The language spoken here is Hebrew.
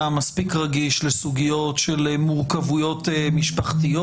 מספיק רגיש לסוגיות של מורכבויות משפחתיות.